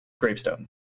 gravestone